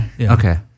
Okay